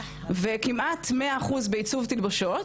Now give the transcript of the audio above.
וכמעט מאה אחוז בעיצוב תלבושות.